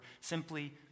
simply